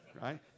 right